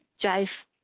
drive